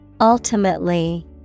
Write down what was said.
Ultimately